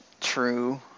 True